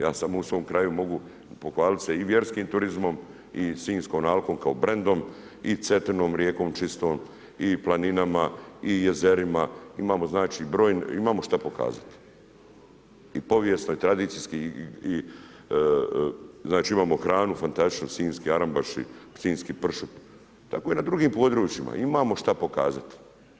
Ja samo u svom kraju mogu pohvalit se i vjerskim turizmom i Sinjskom alkom kao brendom i Cetinom rijekom čistom i planinama i jezerima, imamo šta pokazati, i povijesno i tradicijski i znači imamo hranu fantastičnu, Sinjski arambaši, Sinjski pršut, tako i na drugim područjima, imamo šta pokazat.